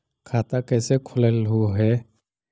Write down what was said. खाता कैसे खोलैलहू हे?